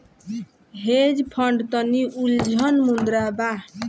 hedge fund तनि उलझल मुद्दा बा